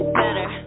better